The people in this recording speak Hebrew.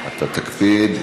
אתה תקפיד.